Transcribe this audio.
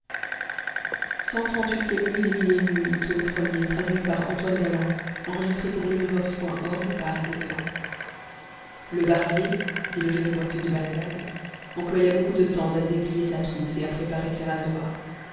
le barbier dit le jeune boiteux de bagdad employa beaucoup de temps à déplier sa trousse et à préparer ses rasoirs